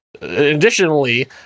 additionally